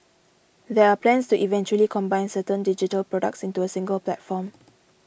there are plans to eventually combine certain digital products into a single platform